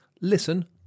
Listen